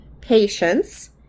patience